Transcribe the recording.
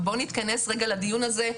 ובואו נתכנס רגע לדיון הזה,